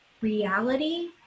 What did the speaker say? reality